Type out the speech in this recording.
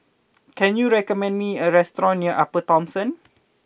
can you recommend me a restaurant near Upper Thomson